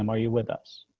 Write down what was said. um are you with us.